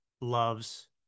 loves